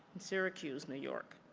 syracuse, new york.